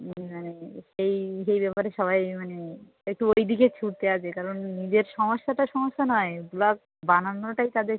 হুম মানে সেই যেই ব্যাপারে সবাই মানে একটু ওই দিকে ছুটে আসে কারণ যে নিজের সমস্যাটা সমস্যা নয় ব্লগ বানানোটাই তাদের